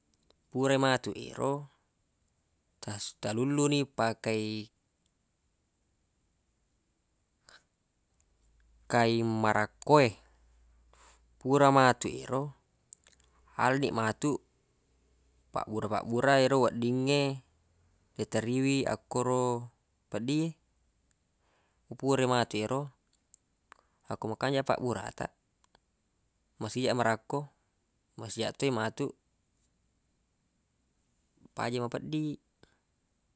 purai matu yero tas- talullu ni pakei kain marakkoe purai matu ero ala ni matu pabbura-fabbura ero weddingnge iteriwi akkoro peddi e ko pura matu ero akko makanjaq pabbura taq masigaq marakko masigaq to matu paja mapeddi.